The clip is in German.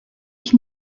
ich